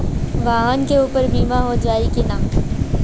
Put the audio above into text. वाहन के ऊपर भी बीमा हो जाई की ना?